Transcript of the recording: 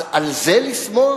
אז, על זה לשמוח?